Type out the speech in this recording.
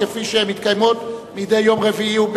כפי שהן מתקיימות מדי יום רביעי.